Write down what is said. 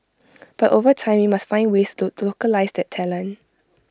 but over time we must find ways to localise that talent